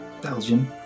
Belgian